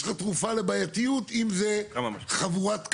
ויש לך תרופה לבעייתיות אם זה חבורת קש.